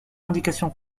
indication